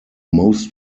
most